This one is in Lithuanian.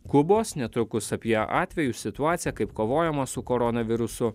kubos netrukus apie atvejus situaciją kaip kovojama su koronavirusu